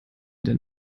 denn